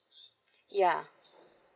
ya